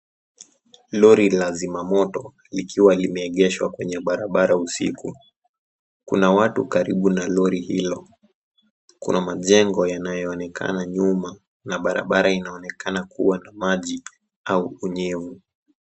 Lori la zima moto likiwa limeegeshwa kwa barabara usiku. Kuna watu karibu na lori hilo. Kuna majengo yanayoonekana nyuma na barabara inaonekana kuwa na maji au unyevu.